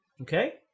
Okay